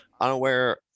Unaware